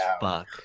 fuck